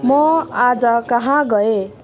म आज काहाँ गएँ